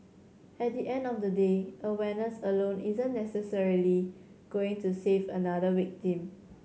at the end of the day awareness alone isn't necessarily going to save another victim